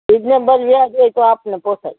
reasonable વ્યાજ હોય તો આપણને પોસાય